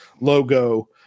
logo